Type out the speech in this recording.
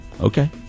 Okay